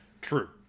True